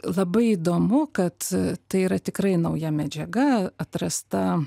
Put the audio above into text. labai įdomu kad tai yra tikrai nauja medžiaga atrasta